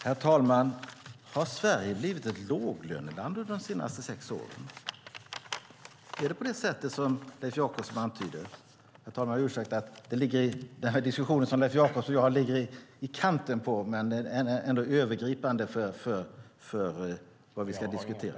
Herr talman! Har Sverige blivit ett låglöneland under de senaste sex åren? Är det på det sättet som Leif Jakobsson antyder? Herr talmannen får ursäkta mig. Den diskussion jag och Leif Jakobsson har ligger i kanten av men är ändå övergripande för vad vi ska diskutera.